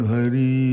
Hari